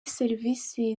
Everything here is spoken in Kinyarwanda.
serivise